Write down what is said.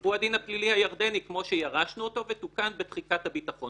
הוא הדין הפלילי הירדני כמו שירשנו אותו ותוקן בתחיקת הביטחון.